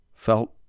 felt